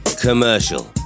commercial